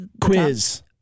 Quiz